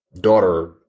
daughter